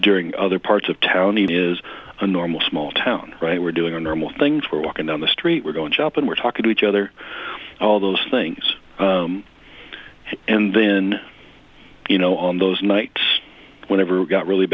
during other parts of town need is a normal small town right we're doing a normal things we're walking down the street we're going shopping we're talking to each other all those things and then you know on those nights whenever it got really